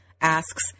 asks